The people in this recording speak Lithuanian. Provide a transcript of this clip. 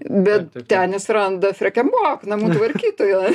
bet ten jis randa frekenbok namų tvarkytoją